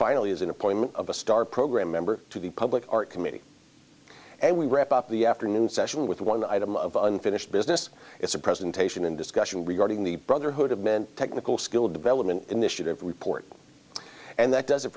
finally as an appointment of a star program member to the public art committee and we wrap up the afternoon session with one item of unfinished business is a presentation in discussion regarding the brotherhood of men technical skill development initiative report and that does it